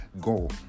go